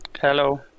Hello